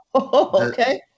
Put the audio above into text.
Okay